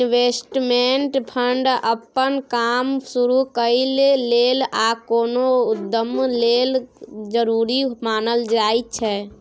investment fund अप्पन काम शुरु करइ लेल या कोनो उद्यम लेल जरूरी मानल जाइ छै